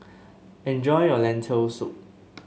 enjoy your Lentil Soup